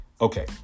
Okay